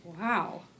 Wow